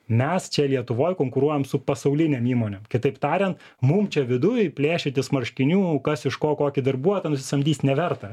mes čia lietuvoj konkuruojam su pasaulinėm įmonėm kitaip tariant mum čia viduj plėšytis marškinių kas iš ko kokį darbuotoją nusisamdys neverta